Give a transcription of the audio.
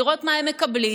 לראות מה הם מקבלים.